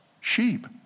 sheep